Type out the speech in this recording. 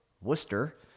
Worcester